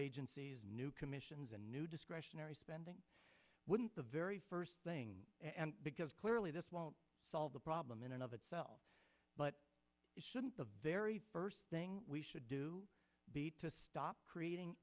agencies new commissions and new discretionary spending wouldn't the very first thing because clearly this won't solve the problem in and of itself but shouldn't the very first thing we should do be to stop creating